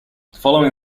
following